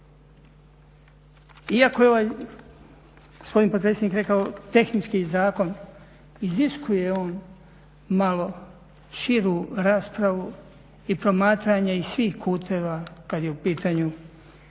Iako je gospodin potpredsjednik rekao tehnički zakon iziskuje on malo širu raspravu i promatranje iz svih kuteva kad je u pitanju